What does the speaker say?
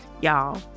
y'all